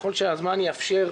ככל שהזמן יאפשר,